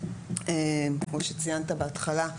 כמו שציינת בהתחלה,